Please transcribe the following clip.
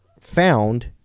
found